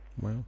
Wow